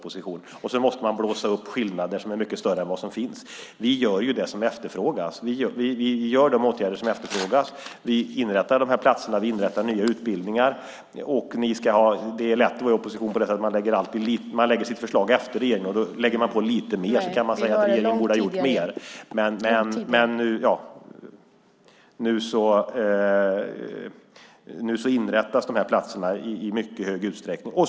Då måste man blåsa upp skillnader så att de blir mycket större än vad de är. Vi vidtar de åtgärder som efterfrågas. Vi inrättar fler platser och nya utbildningar. På ett sätt är det lätt att vara i opposition. Man lägger alltid fram sitt budgetförslag efter regeringen och lägger på lite mer. Sedan kan man säga att regeringen borde ha gjort mer. Nu inrättas dock nya platser i mycket stor utsträckning.